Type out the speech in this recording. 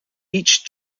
each